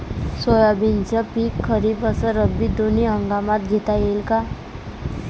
सोयाबीनचं पिक खरीप अस रब्बी दोनी हंगामात घेता येईन का?